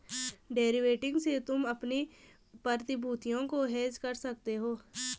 derivative से तुम अपनी प्रतिभूतियों को हेज कर सकते हो